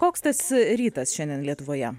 koks tas rytas šiandien lietuvoje